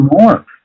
more